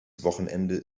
wochenende